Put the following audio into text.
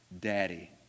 Daddy